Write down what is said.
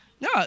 No